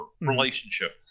relationship